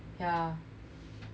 yeah